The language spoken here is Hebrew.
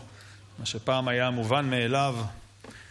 זיהוי ביומטריים במסמכי זיהוי ובמאגרי מידע (הוראת שעה),